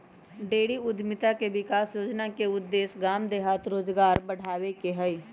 dairy उद्यमिता विकास योजना के उद्देश्य गाम देहात में रोजगार बढ़ाबे के हइ